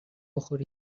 بخوری